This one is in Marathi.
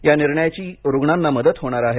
या निर्णयाची रूग्णांना मदत होणार आहे